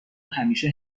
همیشه